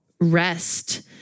rest